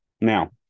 Now